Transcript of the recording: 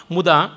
Muda